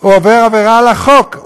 עובר עבירה על החוק.